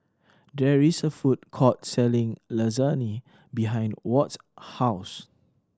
there is a food court selling Lasagne behind Watt's house